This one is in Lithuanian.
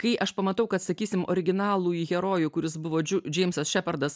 kai aš pamatau kad sakysim originalųjį herojų kuris buvo džu džeimsas šepardas